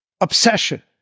obsession